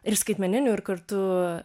ir skaitmeninių ir kartu